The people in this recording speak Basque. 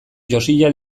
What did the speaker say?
josia